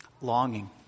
longing